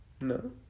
No